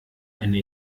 eine